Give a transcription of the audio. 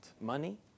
Money